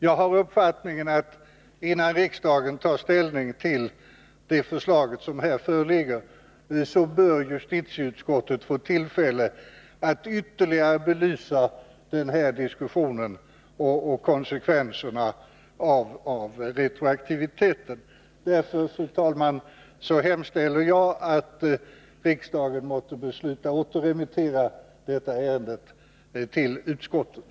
Jag har uppfattningen att innan riksdagen tar ställning till detta förslag bör justitieutskottet få tillfälle att ytterligare belysa den här diskussionen och konsekvenserna av retroaktiviteten. Fru talman! Jag hemställer att riksdagen måtte besluta återremittera detta ärende till utskottet.